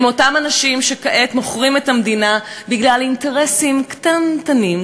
הם אותם אנשים שכעת מוכרים את המדינה בגלל אינטרסים קטנטנים,